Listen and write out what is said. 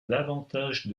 davantage